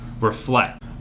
reflect